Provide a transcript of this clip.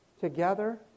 together